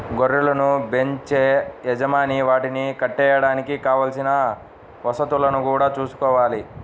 గొర్రెలను బెంచే యజమాని వాటిని కట్టేయడానికి కావలసిన వసతులను గూడా చూసుకోవాలి